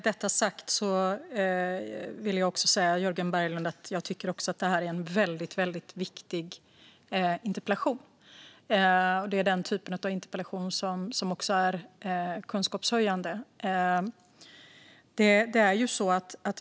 Fru talman! Jag tycker, Jörgen Berglund, att detta är en väldigt viktig interpellation. Det är en sådan interpellation som också är kunskapshöjande.